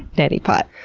neti pot.